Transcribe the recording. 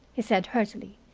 he said heartily.